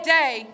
day